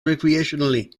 recreationally